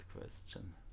question